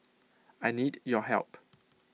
I need your help